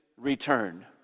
return